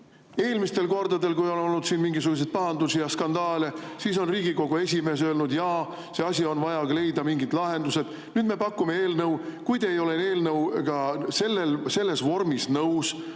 Eelmistel kordadel, kui on olnud siin mingisuguseid pahandusi ja skandaale, siis on Riigikogu esimees öelnud: jaa selles asjas on vaja leida mingid lahendused. Nüüd me pakume eelnõu. Kui te ei ole eelnõuga selles vormis nõus,